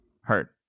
Hurt